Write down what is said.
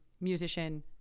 musician